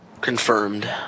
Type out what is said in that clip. Confirmed